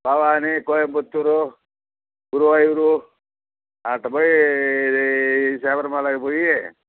భవానీ కోయంబుత్తూరు గురువాయూరు అటు పోయి శబరమలై పోయి